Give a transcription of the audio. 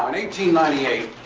ninety eight,